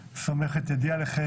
סומך את ידי עלי המינוי,